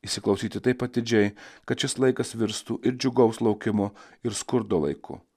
įsiklausyti taip atidžiai kad šis laikas virstų ir džiugaus laukimo ir skurdo laiku